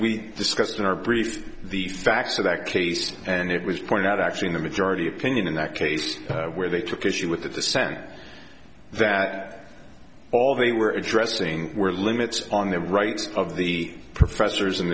we discussed in our brief the facts are that case and it was pointed out actually in the majority opinion in that case where they took issue with the sack that all they were addressing were limits on the rights of the professors a